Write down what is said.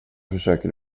försöker